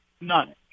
None